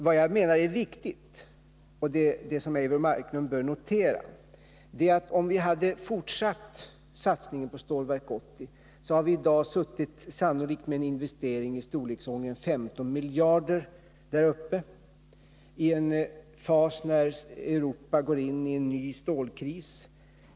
Vad jag menar är viktigt och det som Eivor Marklund bör notera är att om vi hade fortsatt satsningen på Stålverk 80 hade vi sannolikt i dag suttit med en investering i storleksordningen 15 miljarder där uppe, i en fas när Europa går in i en ny stålkris.